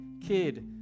kid